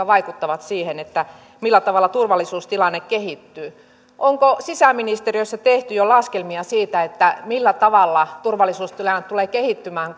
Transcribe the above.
vaikuttavat siihen millä tavalla turvallisuustilanne kehittyy onko sisäministeriössä tehty jo laskelmia siitä millä tavalla turvallisuustilanne tulee kehittymään